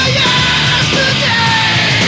yesterday